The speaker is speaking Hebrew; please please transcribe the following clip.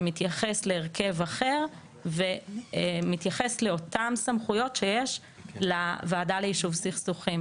ומתייחס להרכב אחר ומתייחס לאותן סמכויות שיש לוועדה ליישוב סכסוכים.